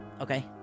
Okay